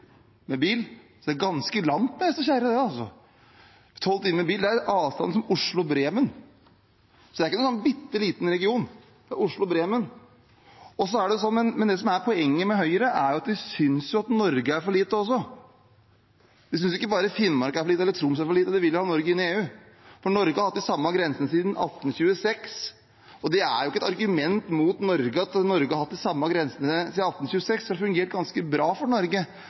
med bil. Det er ganske langt med hest og kjerre. Tolv timer i bil er en avstand som fra Oslo til Bremen. Det er ikke en sånn bitte liten region, det er Oslo–Bremen. Det som er poenget med Høyre, er at de syns at også Norge er for lite. De syns ikke bare at Finnmark er for lite eller Troms er for lite. De vil jo ha Norge inn i EU, for Norge har hatt de samme grensene siden 1826. Det er ikke et argument mot Norge at Norge har hatt de samme grensene siden 1826, for det har fungert ganske bra for Norge